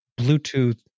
Bluetooth